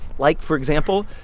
like, for example,